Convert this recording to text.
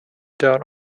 down